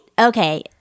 Okay